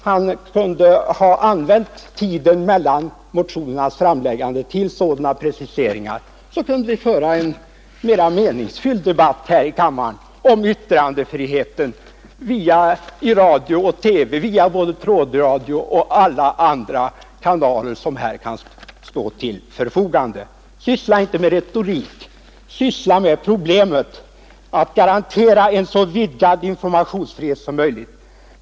Han kunde ha använt tiden mellan motionernas framläggande till sådana preciseringar, så att vi kunde föra en mera meningsfylld debatt här i kammaren om yttrandefriheten i radio och TV via tråd och andra överföringsmöjligheter som här kan stå till förfogande. Syssla inte med retorik utan syssla med problemet att garantera en så vidgad yttrandefrihet som möjligt!